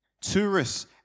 Tourists